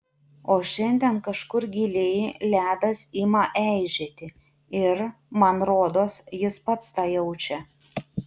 o šiandien kažkur giliai ledas ima eižėti ir man rodos jis pats tą jaučia